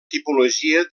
tipologia